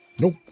Nope